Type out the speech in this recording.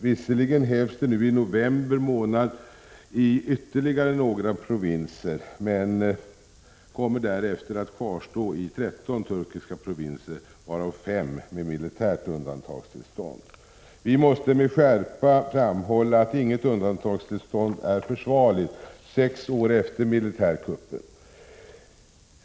Visserligen upphävs det nu i november i ytterligare några provinser, men kommer därefter att kvarstå i 13 turkiska provinser, varav 5 med militärt undantagstillstånd. Vi måste med skärpa framhålla att inget undantagstillstånd är försvarligt sex år efter militärkuppen.